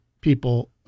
people